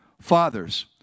Fathers